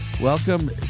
welcome